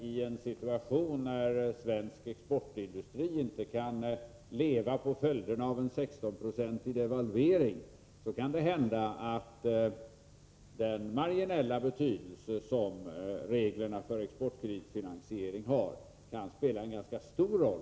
I en situation där svensk exportindustri inte kan leva på följderna av en 16-procentig devalvering kan det hända att den marginella betydelse som reglerna för exportkreditfinansiering har kan spela en ganska stor roll.